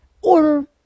order